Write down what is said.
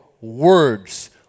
words